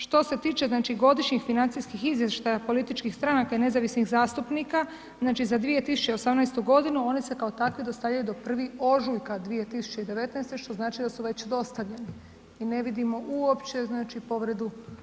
Što se tiče znači godišnjih financijskih izvještaja političkih stranaka i nezavisnih zastupnika, znači za 2018. godinu, one se kao takve dostavljaju do 1. ožujka 2019., što znači da su već dostavljene i ne vidimo uopće povredu.